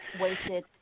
wasted